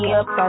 up